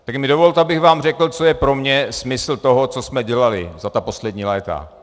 Tak mi dovolte, abych vám řekl, co je pro mě smysl toho, co jsme dělali za ta poslední léta.